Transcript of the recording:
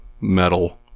metal